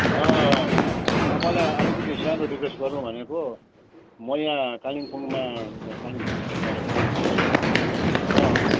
तपाईँलाई अलिकति सानो रिक्वेस्ट गरौँ भनेको म यहाँ कालिम्पोङमा कालिम्पोङ डिस्ट्रिकमा आइपुहेको छु र